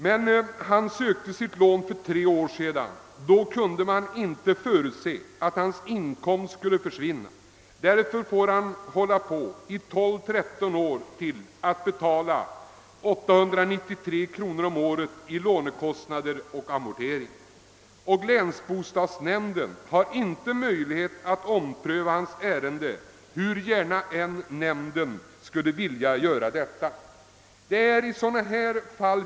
Men han sökte sitt lån för tre år sedan, och då kunde man inte förutse att hans inkomst skulle upphöra. Därför får han nu hålla på i tolv—tretton år ytterligare att betala 893 kronor om året i lånekostnader och amortering. Länsbostadsnämnden har ingen möjlighet att ompröva hans ärende, hur gärna nämnden än skulle vilja göra det.